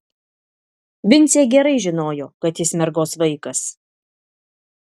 vincė gerai žinojo kad jis mergos vaikas